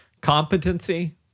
Competency